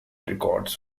records